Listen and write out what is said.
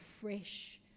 fresh